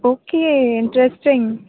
okay interesting